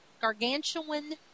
gargantuan